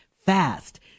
fast